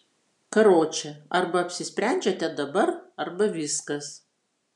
karoče arba apsisprendžiate dabar arba viskas